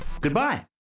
Goodbye